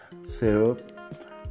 syrup